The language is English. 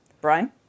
Brian